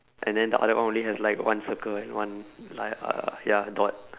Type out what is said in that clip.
and then the other one only has like one circle and one like uh ya dot